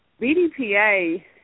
BDPA